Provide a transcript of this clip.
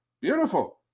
Beautiful